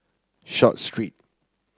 Short Street